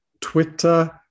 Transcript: Twitter